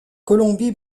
colombie